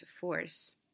force